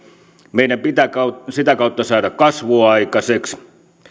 meidän pitää sitä kautta saada kasvua aikaiseksi